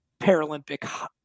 Paralympic